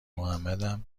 محمدم